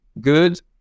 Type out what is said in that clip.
good